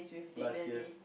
last year